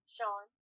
Sean